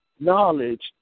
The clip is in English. knowledge